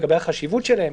לגבי החשיבות שלהן,